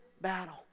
battle